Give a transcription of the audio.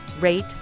rate